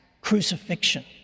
crucifixion